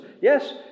Yes